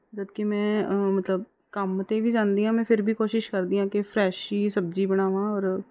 ਜਦ ਕਿ ਮੈਂ ਮਤਲਬ ਕੰਮ 'ਤੇ ਵੀ ਜਾਂਦੀ ਹਾਂ ਮੈਂ ਫਿਰ ਵੀ ਕੋਸ਼ਿਸ਼ ਕਰਦੀ ਹਾਂ ਕਿ ਫਰੈਸ਼ ਹੀ ਸਬਜ਼ੀ ਬਣਾਵਾ ਔਰ